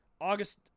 August